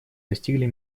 достигли